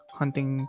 hunting